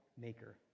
maker